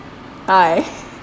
Hi